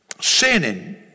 Sinning